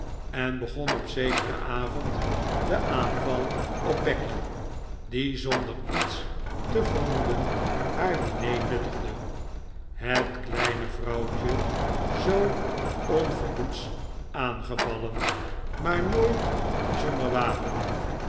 en begon op zekeren avond den aanval op becky die zonder iets te vermoeden haar diner nuttigde het kleine vrouwtje zoo onverhoeds aangevallen maar nooit zonder wapenen